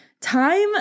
time